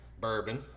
bourbon